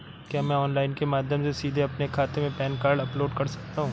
क्या मैं ऑनलाइन के माध्यम से सीधे अपने खाते में पैन कार्ड अपलोड कर सकता हूँ?